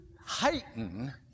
heighten